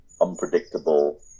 unpredictable